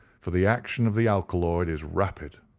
for the action of the alkaloid is rapid.